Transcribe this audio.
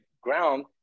ground